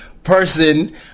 Person